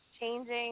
changing